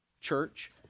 church